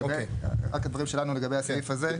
רק הדברים שלנו לגבי הסעיף הזה.